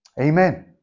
Amen